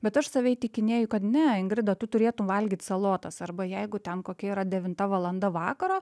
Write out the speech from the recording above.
bet aš save įtikinėju kad ne ingrida tu turėtum valgyt salotas arba jeigu ten kokia yra devinta valanda vakaro